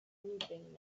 grouping